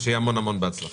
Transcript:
ושיהיה המון המון בהצלחה.